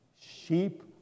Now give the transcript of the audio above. sheep